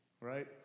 Right